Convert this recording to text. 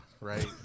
right